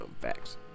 Facts